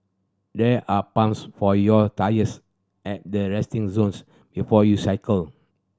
there are pumps for your tyres at the resting zones before you cycle